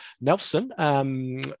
Nelson